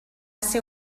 ser